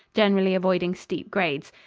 generally avoiding steep grades.